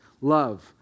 Love